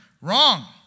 Wrong